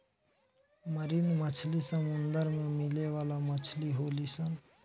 marine मछली समुंदर में मिले वाला मछली होली सन